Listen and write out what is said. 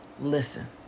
listen